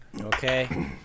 Okay